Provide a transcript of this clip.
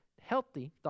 healthy